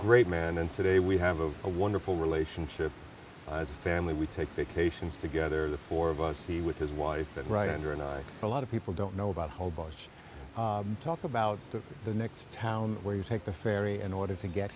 great man and today we have a wonderful relationship as a family we take vacations together the four of us he with his wife and right under an eye for a lot of people don't know about a whole bunch talk about the next town where you take the ferry in order to get